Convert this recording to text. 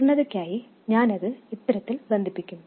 പൂർണ്ണതയ്ക്കായി ഞാൻ അത് ഇത്തരത്തിൽ ബന്ധിപ്പിക്കും